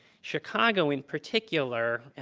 chicago, in particular,